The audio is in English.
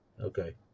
Okay